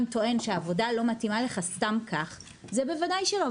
טוען שהעבודה לא מתאימה לך סתם כך זה בוודאי שלא,